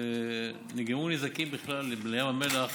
נגרמו נזקים בכלל בים המלח